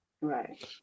Right